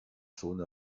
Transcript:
zone